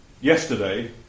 Yesterday